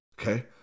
okay